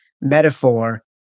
metaphor